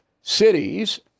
cities